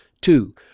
Two